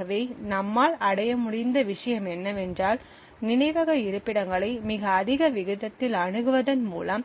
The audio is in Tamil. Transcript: ஆகவே நம்மால் அடைய முடிந்த விஷயம் என்னவென்றால் நினைவக இருப்பிடங்களை மிக அதிக விகிதத்தில் அணுகுவதன் மூலம்